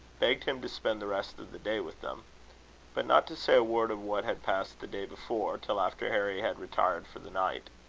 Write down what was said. begged him to spend the rest of the day with them but not to say a word of what had passed the day before, till after harry had retired for the night.